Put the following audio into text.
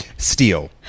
Steel